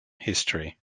history